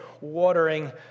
watering